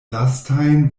lastajn